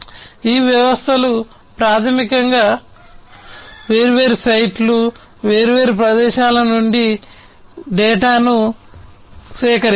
ఈ వ్యవస్థలు ప్రాథమికంగా వేర్వేరు సైట్లు వేర్వేరు ప్రదేశాల నుండి డేటాను సేకరిస్తాయి